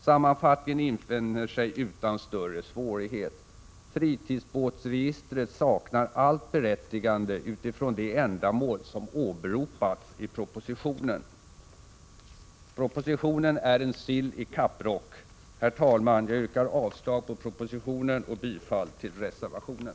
Sammanfattningen infinner sig utan större svårighet: Fritidsbåtsregistret saknar allt berättigande utifrån de ändamål som åberopas i propositionen. Propositionen är en sill i kapprock. Herr talman! Jag yrkar avslag på propositionen och bifall till reservationen.